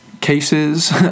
cases